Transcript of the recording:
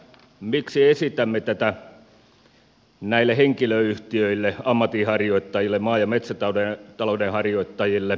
miksi esitämme tätä näille henkilöyhtiöille ammatinharjoittajille maa ja metsätalouden harjoittajille